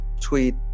tweet